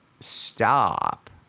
stop